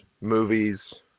movies